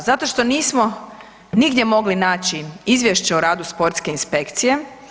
Zato što nismo nigdje nismo mogli naći Izvješće o radu sportske inspekcije.